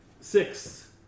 Six